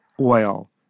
oil